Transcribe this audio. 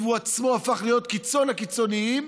והוא עצמו הפך להיות קיצון הקיצוניים,